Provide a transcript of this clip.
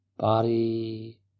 Body